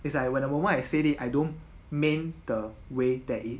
it's like when the moment I say it I don't mean the way that it